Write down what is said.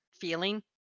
feeling